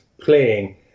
playing